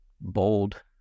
bold